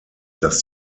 dass